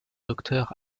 docteur